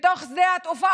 בתוך שדה התעופה.